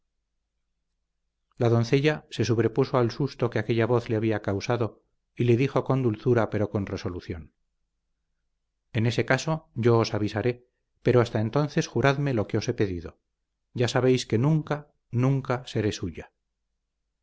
la doncella se sobrepuso al susto que aquella voz le había causado y le dijo con dulzura pero con resolución en ese caso yo os avisaré pero hasta entonces juradme lo que os he pedido ya sabéis que nunca nunca seré suya